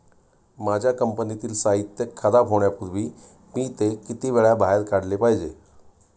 माझ्या कंपनीतील साहित्य खराब होण्यापूर्वी मी ते किती वेळा बाहेर काढले पाहिजे?